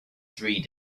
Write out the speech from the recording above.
three